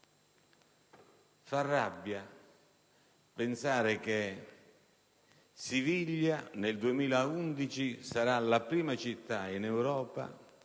Fa rabbia pensare che Siviglia, nel 2011, sarà la prima città in Europa